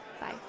Bye